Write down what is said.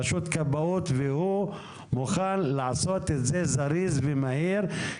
רשות הכבאות והוא מוכן לעשות את זה בזריזות ובמהירות,